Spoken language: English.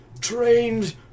trained